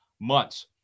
months